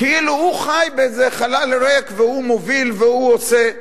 כאילו הוא חי באיזה חלל ריק והוא מוביל והוא עושה.